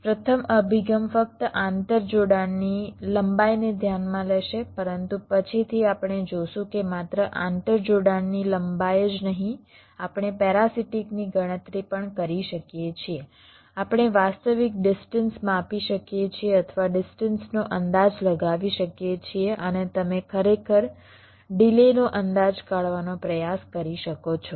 પ્રથમ અભિગમ ફક્ત આંતર જોડાણની લંબાઈને ધ્યાનમાં લેશે પરંતુ પછીથી આપણે જોશું કે માત્ર આંતર જોડાણની લંબાઈ જ નહીં આપણે પેરાસિટીકની ગણતરી પણ કરી શકીએ છીએ આપણે વાસ્તવિક ડિસ્ટન્સ માપી શકીએ છીએ અથવા ડિસ્ટન્સનો અંદાજ લગાવી શકીએ છીએ અને તમે ખરેખર ડિલેનો અંદાજ કાઢવાનો પ્રયાસ કરી શકો છો